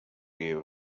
you